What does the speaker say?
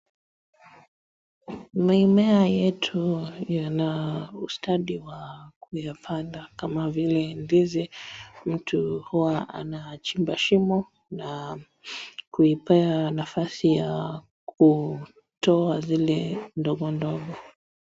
Mimea yetu yana ustadi wa kuyapanda kama vile ndizi. mtu huwa anachimba shimo na kuipea nafasi ya kutoa zile ndogo ndogo.